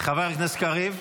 חבר הכנסת קריב.